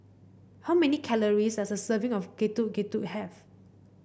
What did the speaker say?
how many calories does a serving of Getuk Getuk have